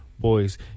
boys